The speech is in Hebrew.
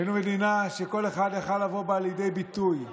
היינו מדינה שכל אחד יכול לבוא בה לידי ביטוי.